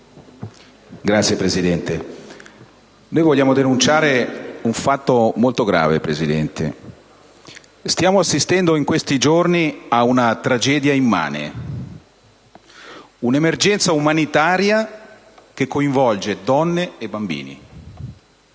Signora Presidente, vogliamo denunciare un fatto molto grave. Stiamo assistendo in questi giorni a una tragedia immane, un'emergenza umanitaria che coinvolge donne e bambini.